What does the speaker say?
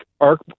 ARC